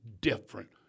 different